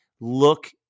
look